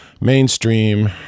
mainstream